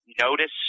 notice